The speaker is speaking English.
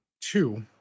Two